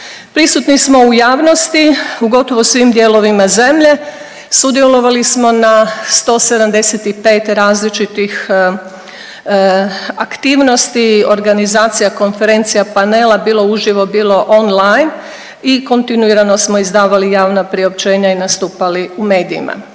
Prisutni smo u javnosti u gotovo svim dijelovima zemlje. Sudjelovali smo na 175 različitih aktivnosti, organizacija, konferencija, panela bilo uživo bilo on line i kontinuirano smo izdavali javna priopćenja i nastupali u medijima.